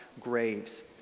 graves